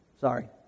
Sorry